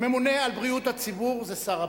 הממונה על בריאות הציבור זה שר הבריאות,